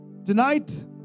Tonight